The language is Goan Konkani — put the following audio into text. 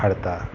हाडता